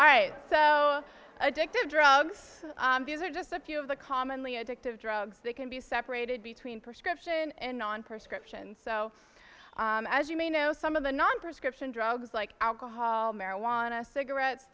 right sell addictive drugs these are just a few of the commonly addictive drugs that can be separated between prescription and non prescription so as you may know some of the non prescription drugs like alcohol marijuana cigarettes